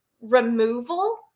removal